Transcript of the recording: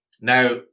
Now